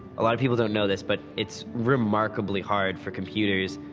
a lot of people don't know this, but it's remarkably hard for computers,